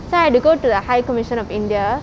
so I had to go to the high commission of india